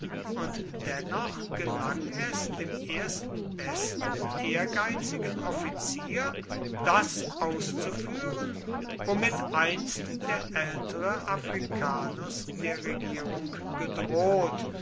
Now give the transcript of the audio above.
und dennoch gelang es dem ersten besten ehrgeizigen offizier das auszuführen womit einst der ältere africanus der regierung gedroht